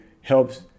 helps